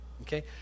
Okay